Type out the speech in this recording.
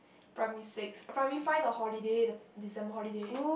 primary six primary five the holiday the December holiday